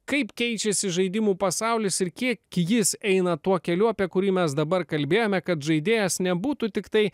kaip keičiasi žaidimų pasaulis ir kiek jis eina tuo keliu apie kurį mes dabar kalbėjome kad žaidėjas nebūtų tiktai